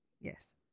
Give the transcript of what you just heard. Yes